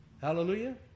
Hallelujah